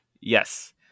Yes